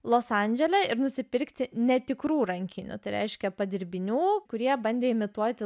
los andžele ir nusipirkti netikrų rankinių tai reiškia padirbinių kurie bandė imituoti